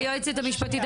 היועצת המשפטית,